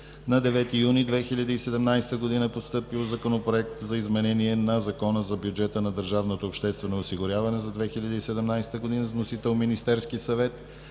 На 9 юни 2017 г. е постъпил Законопроект за изменение на Закона за бюджета на държавното обществено осигуряване за 2017 г. Вносител: Министерският съвет.